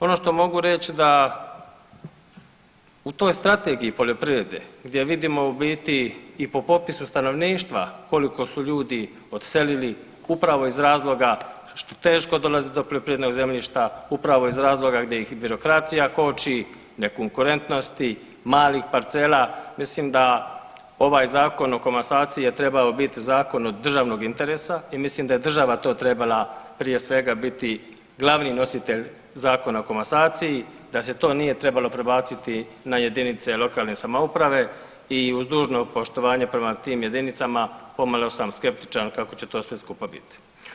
Ono što mogu reći da u toj Strategiji poljoprivrede gdje vidimo u biti i po popisu stanovništva koliko su ljudi odselili upravo iz razloga što teško dolazi do poljoprivrednog zemljišta, upravo iz razloga gdje ih birokracija koči, nekonkurentnosti malih parcela, mislim da ovaj Zakon o komasaciji je trebao biti zakon od državnog interesa i mislim da je država to trebala prije svega biti glavni nositelj Zakona o komasaciji, da se to nije trebalo prebaciti na jedinice lokalne samouprave i uz dužno poštovanje prema tim jedinicama pomalo sam skeptičan kako će to sve skupa biti.